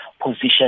position